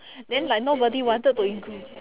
then like nobody wanted to include